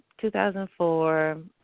2004